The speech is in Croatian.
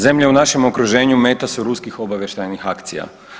Zemlje u našem okruženju meta su ruskih obavještajnih akcija.